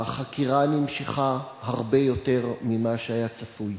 החקירה נמשכה הרבה יותר ממה שהיה צפוי.